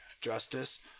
justice